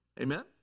Amen